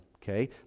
Okay